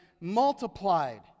multiplied